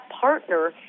partner